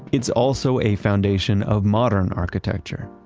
it's also a foundation of modern architecture.